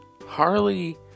Harley